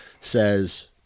says